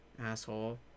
asshole